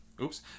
oops